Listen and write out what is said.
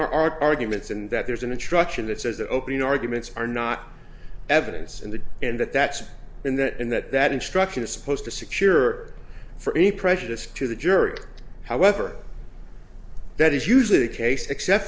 opening our arguments and that there's an instruction that says that opening arguments are not evidence in the end that that's in the end that that instruction is supposed to secure for any prejudice to the jury however that is usually the case except